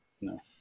No